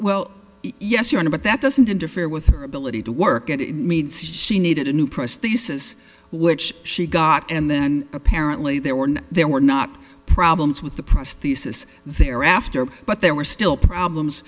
well yes your honor but that doesn't interfere with her ability to work at it means she needed a new press the usus which she got and then apparently there were no there were not problems with the prosthesis thereafter but there were still problems